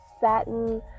satin